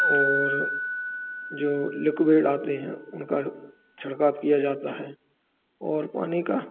और जो लिक्विड आते हैं उनका छिड़काव किया जाता है और पानी का